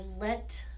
let